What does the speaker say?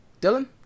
Dylan